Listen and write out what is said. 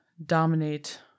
Dominate